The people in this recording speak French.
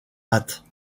hâte